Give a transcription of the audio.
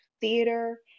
theater